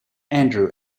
andrew